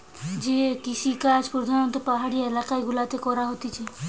যে কৃষিকাজ প্রধাণত পাহাড়ি এলাকা গুলাতে করা হতিছে